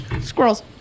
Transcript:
Squirrels